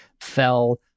fell